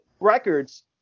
records